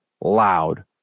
loud